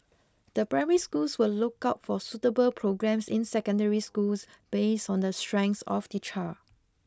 the primary schools will look out for suitable programmes in secondary schools based on the strengths of the child